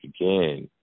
again